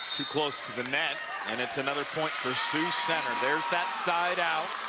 too close to the net and it's another point for siouxcenter there's that side out.